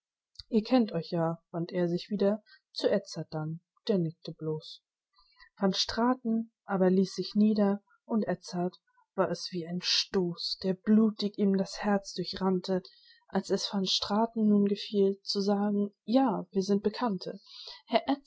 ihr kennt euch ja wandt er sich wieder zu edzard dann der nickte bloß van straten aber ließ sich nieder und edzard war es wie ein stoß der blutig ihm das herz durchrannte als es van straten nun gefiel zu sagen ja wir sind bekannte